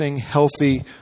healthy